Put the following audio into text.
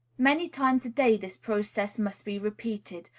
many times a day this process must be repeated,